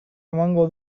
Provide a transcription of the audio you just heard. emango